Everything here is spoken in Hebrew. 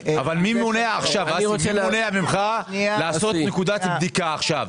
אבל מי מונע ממך לעשות נקודת בדיקה עכשיו?